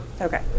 Okay